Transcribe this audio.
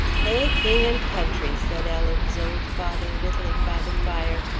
hey, king and country, said ellen's old father, whittling by the fire,